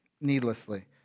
needlessly